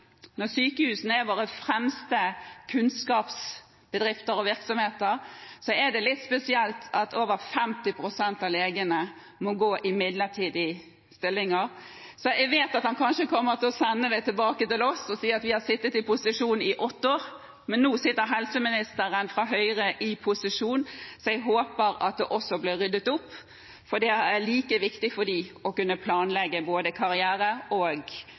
våre fremste kunnskapsbedrifter og -virksomheter, er det litt spesielt at over 50 pst. av legene må gå i midlertidige stillinger. Jeg vet at statsråden kanskje kommer til å sende det tilbake til oss, og si at vi har sittet i posisjon i åtte år, men nå sitter helseministeren fra Høyre i posisjon, så jeg håper at det også blir ryddet opp, for det er like viktig for dem å kunne planlegge både karriere, arbeidstid og